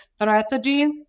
strategy